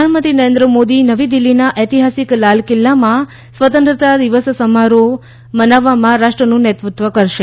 પ્રધાનમંત્રી નરેન્દ્ર મોદી નવી દિલ્હીના ઐતિહાસિક લાલ કિલ્લામાં સ્વતંત્રતા દિવસ સમારોહ મનાવવામાં રાષ્ટ્રનું નેતૃત્વ કરશે